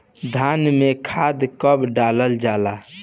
धान में खाद कब डालल जाला?